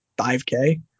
5K